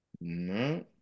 No